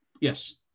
yes